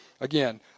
again